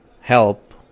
help